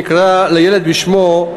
נקרא לילד בשמו,